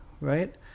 right